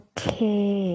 Okay